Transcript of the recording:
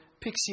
Pixie